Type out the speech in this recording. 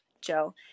Joe